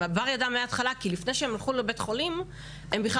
הבר ידע מהתחלה כי לפני שהם הלכו לבית חולים הם בכלל